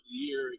year